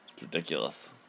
Ridiculous